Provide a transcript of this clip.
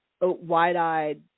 wide-eyed